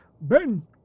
Ben